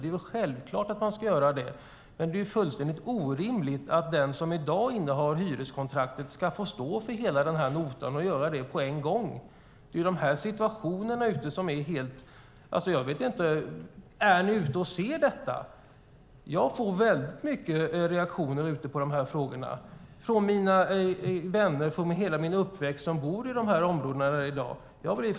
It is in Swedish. Det är väl självklart att man ska göra det, men det är fullständigt orimligt att den som i dag innehar hyreskontraktet ska få stå för hela notan och dessutom göra det på en gång. Är ni ute och ser detta? Jag får väldigt mycket reaktioner på de här frågorna av mina vänner från min uppväxt som bor ute i de här områdena i dag.